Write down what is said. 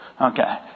Okay